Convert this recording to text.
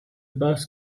bass